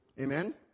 Amen